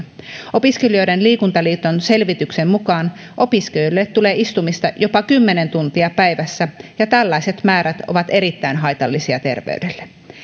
opiskelijoiden liikuntaliiton selvityksen mukaan opiskelijoille tulee istumista jopa kymmenen tuntia päivässä ja tällaiset määrät ovat erittäin haitallisia terveydelle